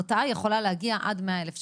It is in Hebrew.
הרתעה יכולה להגיע עד 100,000 שקל.